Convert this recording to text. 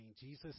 Jesus